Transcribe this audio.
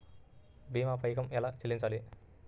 భీమా పైకం ఎలా చెల్లించాలి?